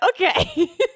Okay